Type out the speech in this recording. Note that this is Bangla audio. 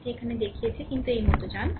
এটি এখানে দেখিয়েছে কিন্তু এই মত যান